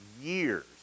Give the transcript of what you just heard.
years